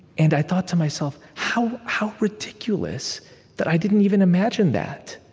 and i thought to myself, how how ridiculous that i didn't even imagine that.